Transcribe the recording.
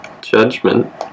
judgment